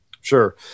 Sure